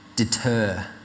Deter